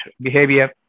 behavior